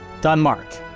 Denmark